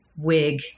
wig